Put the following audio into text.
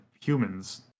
humans